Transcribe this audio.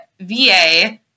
VA